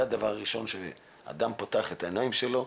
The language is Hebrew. זה הדבר הראשון שאדם פותח את העיניים שלו,